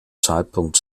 zeitpunkt